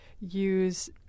use